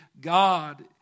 God